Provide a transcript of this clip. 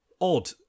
Odd